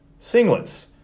singlets